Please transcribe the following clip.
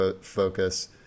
focus